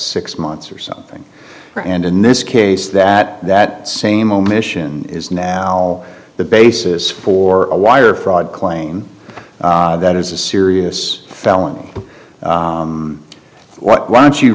six months or something and in this case that that same omission is now the basis for a wire fraud claim that is a serious felony why don't you